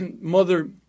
mother